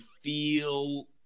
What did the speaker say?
feel